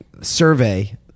survey